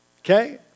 okay